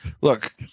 look